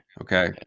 Okay